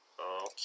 Okay